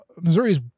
Missouri's